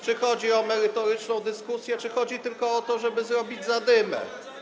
Czy chodzi o merytoryczną dyskusję, czy chodzi tylko o to, żeby zrobić zadymę?